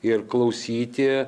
ir klausyti